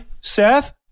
seth